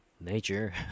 nature